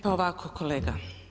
Pa ovako kolega.